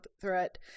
threat